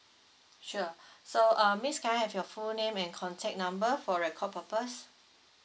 sure so uh miss can I have your full name and contact number for record purpose